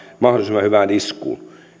mahdollisimman hyvään iskuun